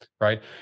right